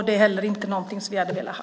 Det är heller inget vi skulle ha velat ha.